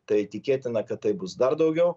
tai tikėtina kad tai bus dar daugiau